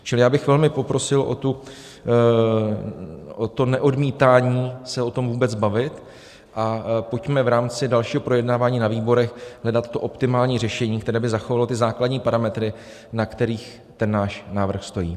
Čili já bych velmi poprosil o neodmítání se o tom vůbec bavit a pojďme v rámci dalšího projednávání na výborech hledat optimální řešení, které by zachovalo základní parametry, na kterých náš návrh stojí.